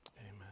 Amen